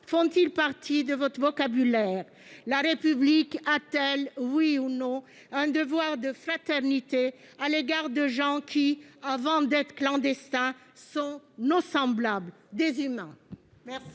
font-ils partie de votre vocabulaire ? La République a-t-elle, oui ou non, un devoir de fraternité à l'égard de gens, qui, avant d'être des clandestins, sont nos semblables, des humains ?